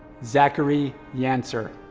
zachary yancer.